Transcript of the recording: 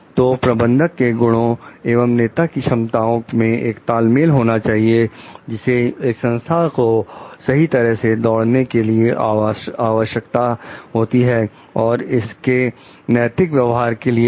तो प्रबंधक के गुणों एवं नेता की क्षमताओं में एक तालमेल होना चाहिए जिसे एक संस्था को सही तरह से दौड़ने के लिए आवश्यकता होती है और इसके नैतिक व्यवहार के लिए भी